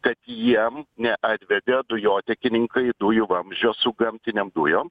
kad jiem neatvedė dujotiekininkai dujų vamzdžio su gamtinėm dujom